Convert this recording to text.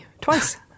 Twice